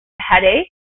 headache